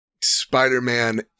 Spider-Man